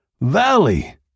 Valley